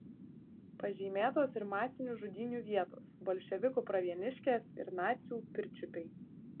pažymėtos ir masinių žudynių vietos bolševikų pravieniškės ir nacių pirčiupiai